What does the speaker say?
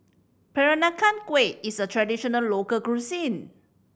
Peranakan Kueh is a traditional local cuisine